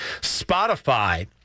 Spotify